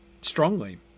strongly